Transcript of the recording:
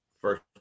First